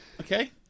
Okay